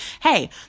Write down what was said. hey